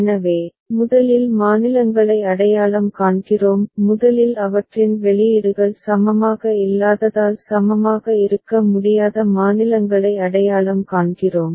எனவே முதலில் மாநிலங்களை அடையாளம் காண்கிறோம் முதலில் அவற்றின் வெளியீடுகள் சமமாக இல்லாததால் சமமாக இருக்க முடியாத மாநிலங்களை அடையாளம் காண்கிறோம்